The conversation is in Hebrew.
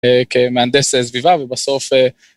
כמהנדס סביבה, ובסוף...